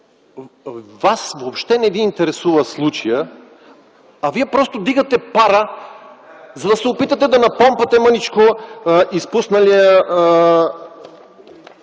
Вас въобще не Ви интересува случая, а Вие просто вдигате пара, за да се опитате да напомпате мъничко изпусналия